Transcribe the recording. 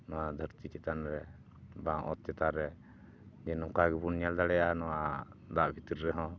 ᱱᱚᱣᱟ ᱫᱷᱟᱹᱨᱛᱤ ᱪᱮᱛᱟᱱ ᱨᱮ ᱵᱟᱝ ᱚᱛ ᱪᱮᱛᱟᱱᱨᱮ ᱡᱮ ᱱᱚᱝᱠᱟ ᱜᱮᱵᱚᱱ ᱧᱮᱞ ᱫᱟᱲᱮᱭᱟᱜᱼᱟ ᱱᱚᱣᱟ ᱫᱟᱜ ᱵᱷᱤᱛᱤᱨ ᱨᱮᱦᱚᱸ